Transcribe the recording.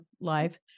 life